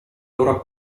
loro